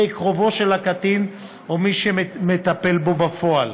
קרובו של הקטין או מי שמטפל בו בפועל.